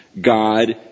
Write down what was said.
God